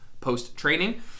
post-training